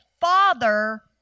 father